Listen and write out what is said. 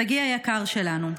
שגיא היקר שלנו,